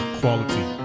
quality